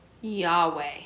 Yahweh